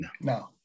No